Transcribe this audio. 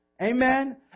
Amen